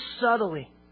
subtly